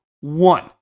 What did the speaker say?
One